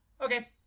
Okay